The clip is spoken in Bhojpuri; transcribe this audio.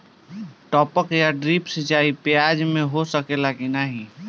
टपक या ड्रिप सिंचाई प्याज में हो सकेला की नाही?